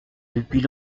depuis